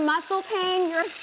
muscle pain, your